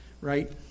right